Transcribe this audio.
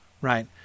right